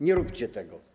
Nie róbcie tego.